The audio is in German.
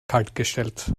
kaltgestellt